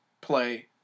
play